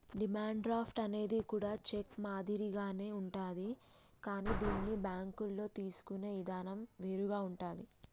demand draft అనేది కూడా cheque మాదిరిగానే ఉంటాది కానీ దీన్ని బ్యేంకుల్లో తీసుకునే ఇదానం వేరుగా ఉంటాది